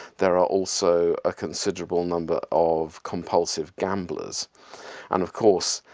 there are also a considerable number of compulsive gamblers and of course,